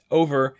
over